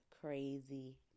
crazy